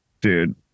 dude